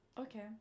Okay